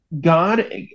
God